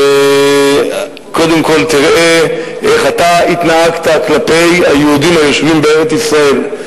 קודם כול תראה איך אתה התנהגת כלפי היהודים היושבים בארץ-ישראל,